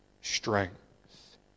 strength